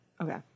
okay